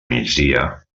migdia